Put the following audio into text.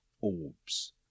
orbs